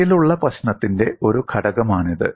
കയ്യിലുള്ള പ്രശ്നത്തിന്റെ ഒരു ഘടകമാണിത്